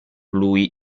lui